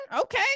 Okay